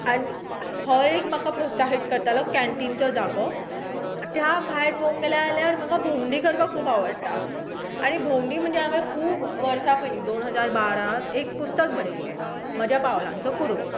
आनी हो एक म्हाका प्रोत्साहित करतालो कॅनटिनचो जागो त्या भायर पळोवंक गेल्या जाल्यार म्हाका भोवंडी करपाक खूब आवडटा आनी भोंवडी म्हणजे हांवें खुब वर्सां केली दोन हजार बारांत एक पुस्तक बरयल्ले म्हज्या पावलांचो कुरवो